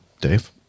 Dave